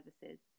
services